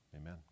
Amen